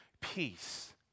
peace